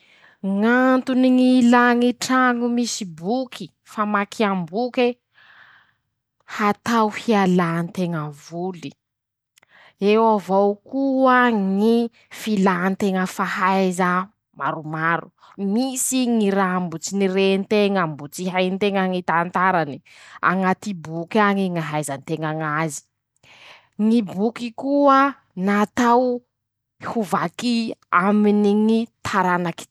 Ñ'antony ñy ñ'ilà ñy traño misy boky, famakiam-boke: -Hatao hialà teña voly, eo avao koa ñy filànteña fahaiza maromaro, misy ñy raha mbo tsy nirenteña, mbo tsy hay nteña ñy tantarany, añaty boky añy ñ'ahaiza nteña ñ'azy, ñy boky koa natao ho vaky aminy ñy taranak.